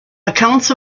accounts